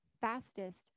fastest